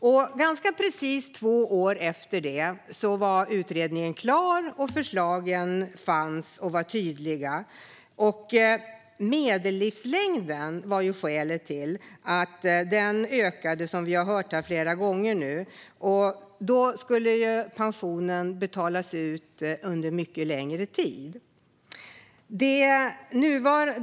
Betänkandet fick titeln Åtgärder för ett längre arbetsliv . Förslagen var tydliga. Medellivslängden ökade, som vi har hört här flera gånger. Då skulle pensionen betalas ut under en mycket längre tid. Det var skälet till detta.